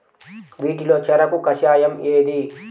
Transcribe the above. వీటిలో చెరకు కషాయం ఏది?